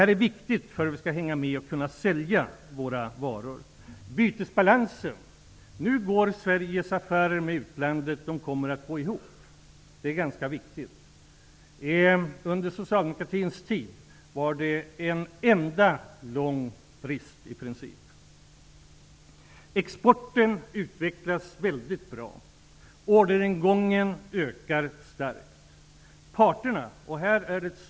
Det är viktigt med produktivitetsförbättringar för att vi skall kunna hänga med och sälja våra varor. Sveriges affärer med utlandet kommer att gå ihop, när det gäller bytesbalansen. Det är ganska viktigt. Under hela socialdemokratins tid rådde det i princip långvarig brist. Exporten utvecklas väldigt bra. Orderingången ökar starkt.